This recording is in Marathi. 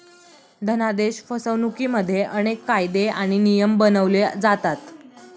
धनादेश फसवणुकिमध्ये अनेक कायदे आणि नियम बनवले जातात